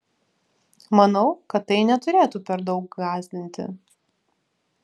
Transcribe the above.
manau kad tai neturėtų per daug gąsdinti